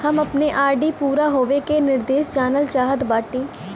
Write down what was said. हम अपने आर.डी पूरा होवे के निर्देश जानल चाहत बाटी